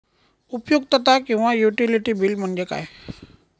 उपयुक्तता किंवा utility bill म्हणजे काय?